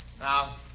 Now